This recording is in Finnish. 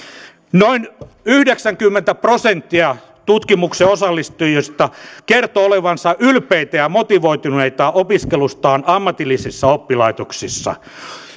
noin yhdeksänkymmentä prosenttia tutkimuksen osallistujista kertoo olevansa ylpeitä ja motivoituneita opiskelustaan ammatillisissa oppilaitoksissa